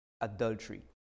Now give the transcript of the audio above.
adultery